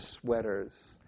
sweaters